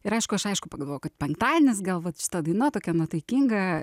ir aišku aš aišku pagalvojau kad penktadienis gal vat šita daina tokia nuotaikinga